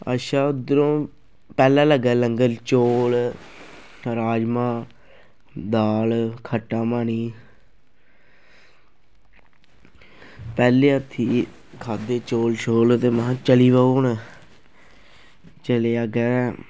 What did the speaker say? अच्छा उद्धरूं पैह्लें लग्गे दा लंगर चौल राजमांह् दाल खट्टा म्हानी पैह्लें हत्थी खाद्धे चौल शौल ते महां चली पे हून चलो अग्गें